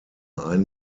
ein